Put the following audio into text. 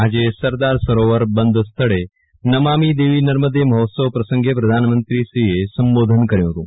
આજે સરદાર સરોવર બંધ સ્થળે નમામી દેવી નર્મદે મહોત્સવ પ્રસંગે પ્રધાનમંત્રીએ સંબોધન કર્યુ હતું